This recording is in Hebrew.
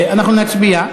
נצביע.